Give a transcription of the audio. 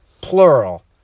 plural